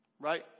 Right